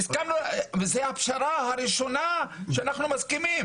וזו הפשרה הראשונה שאנחנו מסכימים.